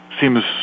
seems